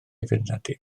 feirniadu